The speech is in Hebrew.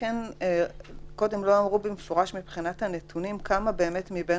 קודם לא נאמר במפורש מבחינת הנתונים לכמה מבין